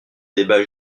débat